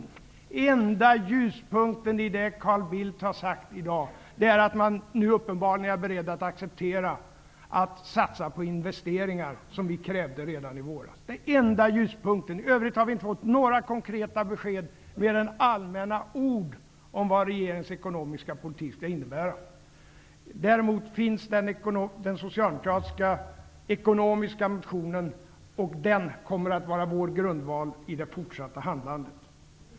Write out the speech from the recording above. Den enda ljuspunkten i det Carl Bildt har sagt i dag är att man nu uppenbarligen är beredd att acceptera att satsa på investeringar, som vi krävde redan i våras. I övrigt har vi inte fått några konkreta besked, mer än allmänna ord, om vad regeringens ekonomiska politik kommer att innebära. Däremot finns den socialdemokratiska ekonomiska motionen, och den kommer att vara vår grundval i det fortsatta handlandet.